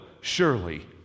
surely